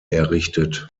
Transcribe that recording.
errichtet